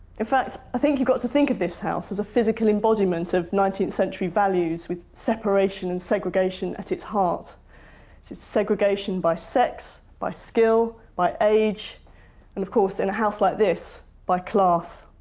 in fact, i think you've got to think of this house as a physical embodiment of nineteenth century values with separation and segregation at its heart. so it's segregation by sex, by skill, by age and, of course, in a house like this, by class.